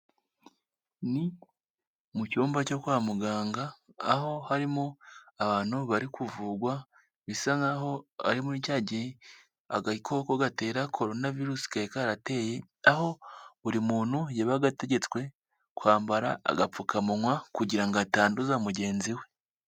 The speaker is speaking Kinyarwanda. Ni mu cyumba cyo kwa muganga, aho harimo abantu bari kuvurwa, bisa nk'aho ari muri cya gihe agakoko gatera korona virusi kari karateye, aho buri muntu yabaga ategetswe kwambara agapfukamunwa kugira ngo atanduza mugenzi we.